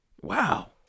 Wow